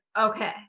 okay